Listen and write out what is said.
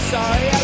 Sorry